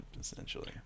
essentially